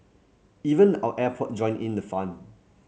even our airport joined in the fun